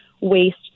Waste